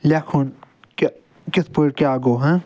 لیٚکھُن کہِ کِتھ پٲٹھۍ کیاہ گوٚو ہہ